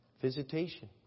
Visitation